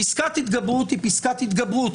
פסקת התגברות היא פסקת התגברות.